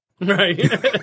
Right